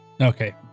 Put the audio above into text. Okay